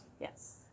Yes